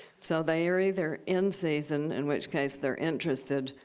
so they are either in season, in which case they're interested,